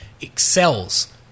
excels